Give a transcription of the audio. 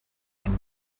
and